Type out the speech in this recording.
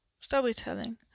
storytelling